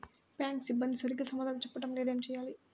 Bank సిబ్బంది సరిగ్గా సమాధానం చెప్పటం లేదు ఏం చెయ్యాలి?